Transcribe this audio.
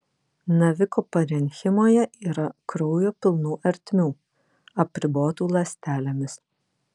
naviko parenchimoje yra kraujo pilnų ertmių apribotų ląstelėmis